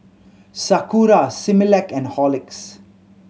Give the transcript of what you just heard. Sakura Similac and Horlicks